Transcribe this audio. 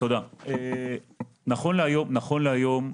נכון להיום,